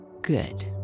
Good